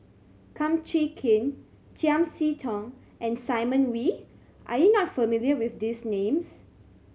Kum Chee Kin Chiam See Tong and Simon Wee are you not familiar with these names